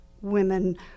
women